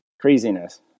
craziness